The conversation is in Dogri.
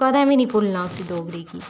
कदें बी निं भुल्लना असें डोगरी गी